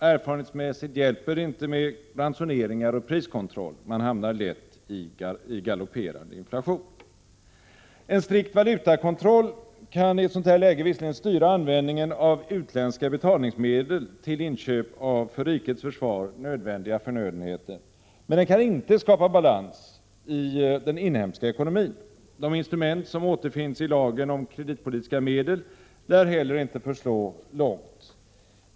Erfarenhetsmässigt hjälper det inte med ransoneringar och priskontroll. Man hamnar lätt i galopperande inflation. En strikt valutakontroll kan i ett sådant läge visserligen styra användningen av utländska betalningsmedel till inköp av för rikets försvar nödvändiga förnödenheter, men den kan inte skapa balans i den inhemska ekonomin. De instrument som återfinns i lagen om kreditpolitiska medel lär inte heller förslå långt.